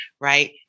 right